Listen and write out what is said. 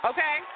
Okay